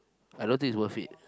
I don't think it's worth it